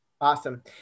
awesome